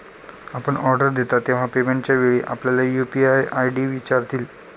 आपण ऑर्डर देता तेव्हा पेमेंटच्या वेळी आपल्याला यू.पी.आय आय.डी विचारतील